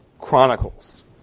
Chronicles